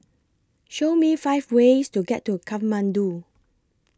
Show Me five ways to get to Kathmandu